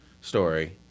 story